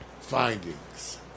findings